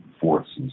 forces